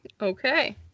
Okay